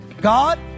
God